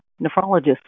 nephrologists